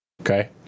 Okay